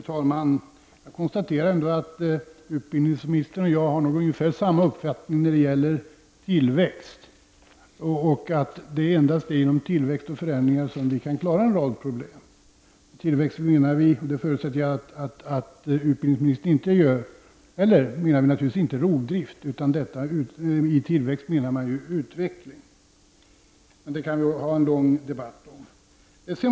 Fru talman! Jag konstaterar att utbildningsministern och jag har ungefär samma uppfattning när det gäller tillväxt och att det endast är genom tillväxt och förändring som vi kan klara en rad problem. Med tillväxt menar vi naturligtvis inte rovdrift, och det förutsätter jag att inte heller utbildningsministern gör. Med tillväxt menar man utveckling. Det skulle vi kunna ha en lång debatt om.